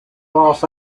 los